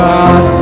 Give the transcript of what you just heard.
God